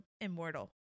immortal